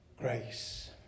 grace